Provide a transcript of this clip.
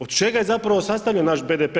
Od čega je zapravo sastavljen naš BDP?